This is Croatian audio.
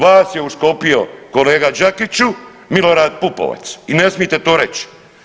Vas je uškopio kolega Đakiću Milorad Pupovac i ne smijete to reći.